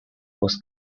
was